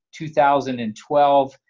2012